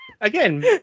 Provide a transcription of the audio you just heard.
Again